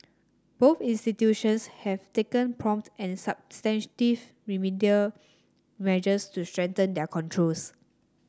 both institutions have taken prompt and substantive remedial measures to strengthen their controls